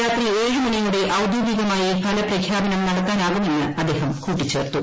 രാത്രി ഏഴു മണിയോടെ ഔദ്യോഗികമായി ഫല പ്രഖ്യാപനം നടത്താനാകുമെന്ന് അദ്ദേഹം കൂട്ടിച്ചേർത്തു